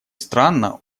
странно